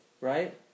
right